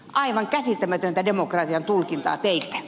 aivan käsittämätöntä demokratian tulkintaa teiltä